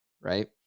right